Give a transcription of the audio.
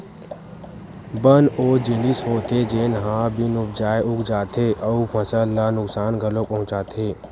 बन ओ जिनिस होथे जेन ह बिन उपजाए उग जाथे अउ फसल ल नुकसान घलोक पहुचाथे